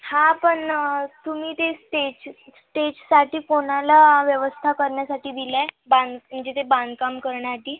हा पण तुम्ही ते स्टेच स्टेजसाठी कोणाला व्यवस्था करण्यासाठी दिलं आहे बांध म्हणजे ते बांधकाम करण्यासाठी